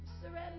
Surrender